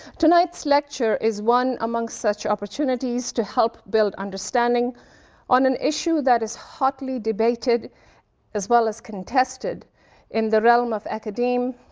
tonight's lecture is one of among such opportunities to help build understanding on an issue that is hotly debated as well as contested in the realm of academia,